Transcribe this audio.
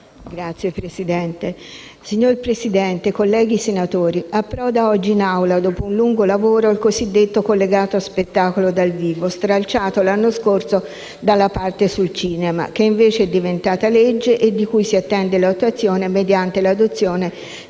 *(Art.1-MDP)*. Signor Presidente, colleghi senatori, approda oggi in Aula, dopo un lungo lavoro, il cosiddetto collegato spettacolo dal vivo, stralciato l'anno scorso dalla parte sul cinema, che invece è diventata legge e di cui si attende l'attuazione, mediante l'adozione dei decreti